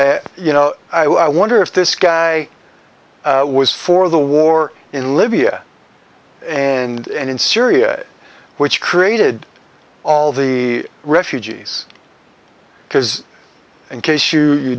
s you know i wonder if this guy was for the war in libya and in syria which created all the refugees because in case you